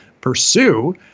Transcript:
pursue